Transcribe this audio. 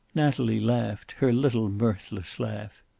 natalie laughed, her little mirthless laugh.